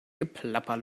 geplapper